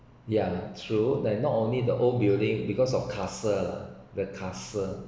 ya true that not only the old building because of castle the castle